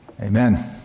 Amen